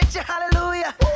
Hallelujah